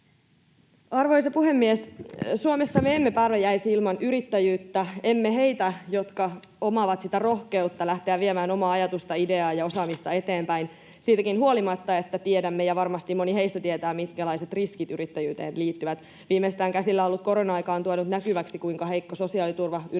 Arvoisa puhemies! Suomessa me emme pärjäisi ilman yrittäjyyttä, emme ilman heitä, jotka omaavat sitä rohkeutta lähteä viemään omaa ajatusta, ideaa ja osaamista eteenpäin siitäkin huolimatta, että tiedämme — ja varmasti moni heistä tietää — minkälaiset riskit yrittäjyyteen liittyvät. Viimeistään käsillä ollut korona-aika on tuonut näkyväksi, kuinka heikko sosiaaliturva yrittäjillä